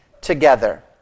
together